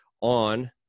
on